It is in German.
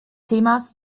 themas